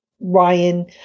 Ryan